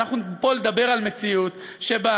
אנחנו פה לדבר על מציאות שבה